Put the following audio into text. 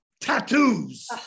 tattoos